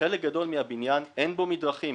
שבחלק גדול מהבניין אין מדרכים.